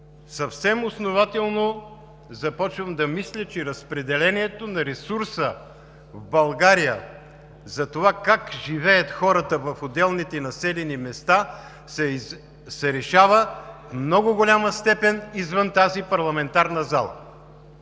Съвсем основателно започвам да мисля, че разпределението на ресурса в България за това как живеят хората в отделените населени места се решава в много голяма степен извън тази парламентарна зала.